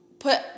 put